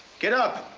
get up!